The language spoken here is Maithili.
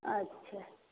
अच्छा